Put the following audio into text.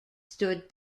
stood